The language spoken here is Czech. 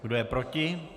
Kdo je proti?